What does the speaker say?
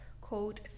called